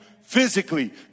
physically